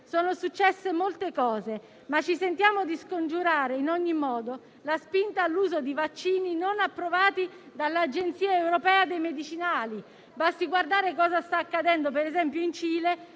sono successe molte cose, ma ci sentiamo di scongiurare in ogni modo la spinta all'uso di vaccini non approvati dall'Agenzia europea dei medicinali. Basti guardare cosa sta accadendo, per esempio, in Cile,